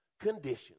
conditions